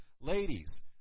Ladies